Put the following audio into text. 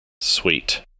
Sweet